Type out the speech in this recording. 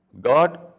God